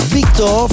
Victor